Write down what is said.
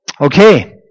Okay